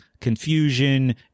confusion